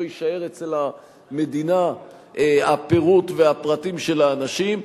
יישאר אצל המדינה הפירוט והפרטים של האנשים.